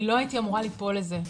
אני לא הייתי אמורה ליפול לזה,